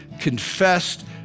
confessed